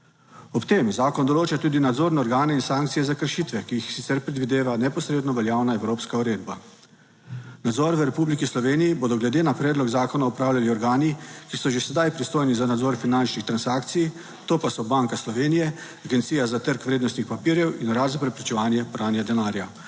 Ob tem zakon določa tudi nadzorne organe in sankcije za kršitve, ki jih sicer predvideva neposredno veljavna evropska uredba. Nadzor v Republiki Sloveniji bodo glede na predlog zakona opravljali organi, ki so že sedaj pristojni za nadzor finančnih transakcij, to pa so Banka Slovenije, Agencija za trg vrednostnih papirjev in Urad za preprečevanje pranja denarja.